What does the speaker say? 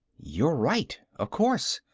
you're right. of course!